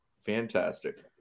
Fantastic